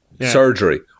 surgery